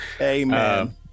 Amen